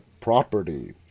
property